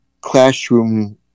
classroom